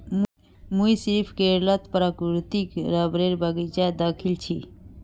मुई सिर्फ केरलत प्राकृतिक रबरेर बगीचा दखिल छि